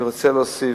אני רוצה להוסיף,